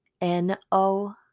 N-O